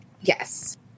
Yes